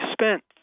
spent